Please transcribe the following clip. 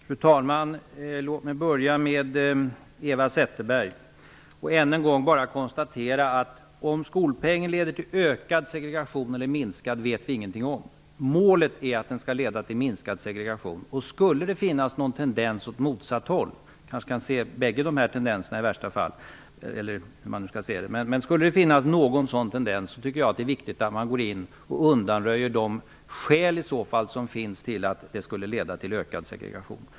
Fru talman! Låt mig till att börja med vända mig till Eva Zetterberg och än en gång konstatera: om skolpengen leder till ökad segregation eller minskad vet vi ingenting om. Målet är att den skall leda till minskad segregation. Skulle det finnas någon tendens åt motsatt håll -- i värsta fall kan man kanske få se bägge de här tendenserna -- är det enligt min mening viktigt att man går in och undanröjer det som är skälet till att den leder till ökad segregation.